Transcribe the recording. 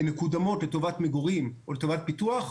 הן מקודמות לטובת מגורים או לטובת פיתוח.